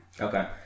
Okay